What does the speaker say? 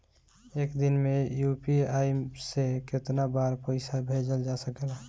एक दिन में यू.पी.आई से केतना बार पइसा भेजल जा सकेला?